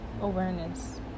Awareness